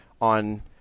on